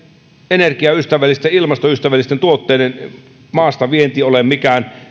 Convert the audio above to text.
energiaystävällisten ja ilmastoystävällisten tuotteiden maastavienti ole mikään